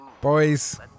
Boys